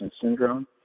syndrome